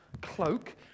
Cloak